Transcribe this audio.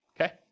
Okay